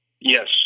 Yes